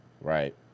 Right